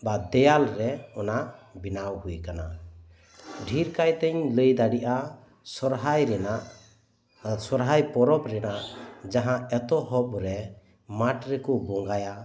ᱵᱟ ᱫᱮᱭᱟᱞ ᱨᱮ ᱚᱱᱟ ᱵᱮᱱᱟᱣ ᱦᱳᱭ ᱟᱠᱟᱱᱟ ᱫᱷᱮᱨ ᱠᱟᱭᱛᱤᱧ ᱞᱟᱹᱭ ᱫᱟᱲᱮᱭᱟᱜᱼᱟ ᱥᱚᱦᱨᱟᱭ ᱨᱮᱱᱟᱜ ᱥᱚᱦᱚᱨᱟᱭ ᱯᱚᱨᱚᱵᱽ ᱨᱮᱱᱟᱜ ᱡᱟᱦᱟᱸ ᱮᱛᱚᱦᱚᱵ ᱨᱮ ᱢᱟᱴᱷ ᱨᱮᱠᱚ ᱵᱚᱸᱜᱟᱭᱟ